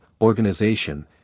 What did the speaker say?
organization